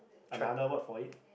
another word for it